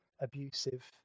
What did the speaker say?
abusive